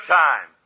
time